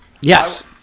Yes